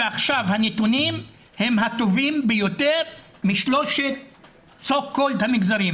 ועכשיו הנתונים הם הטובים ביותר משלושת המגזרים,